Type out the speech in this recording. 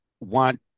want